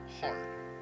hard